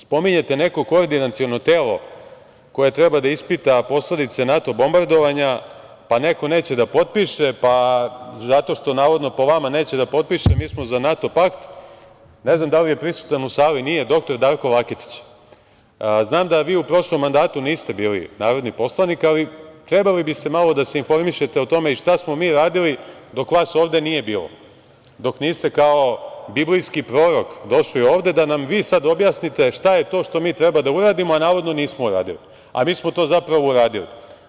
Spominjete neko koordinaciono telo koje treba da ispita posledice NATO bombardovanja, pa neko neće da potpiše, pa zato što, navodno, po vama neće da potpiše, mi smo za NATO pakt, ne znam da li je prisutan u sali doktor Darko Laketić, znam da vi u prošlom mandatu niste bili narodni poslanik, ali trebali biste malo da se informišete o tome i šta smo mi radili dok vas ovde nije bilo, dok niste kao biblijski prorok došli ovde da nam vi sada objasnite šta je to što mi treba da uradimo, a navodno nismo uradili, a mi smo to, zapravo, uradili.